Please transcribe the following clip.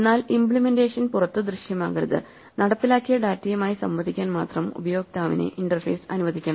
എന്നാൽ ഇമ്പ്ലിമെന്റേഷൻ പുറത്ത് ദൃശ്യമാകരുത് നടപ്പിലാക്കിയ ഡാറ്റയുമായി സംവദിക്കാൻ മാത്രം ഉപയോക്താവിനെ ഇന്റർഫേസ് അനുവദിക്കണം